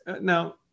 now